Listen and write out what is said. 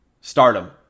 stardom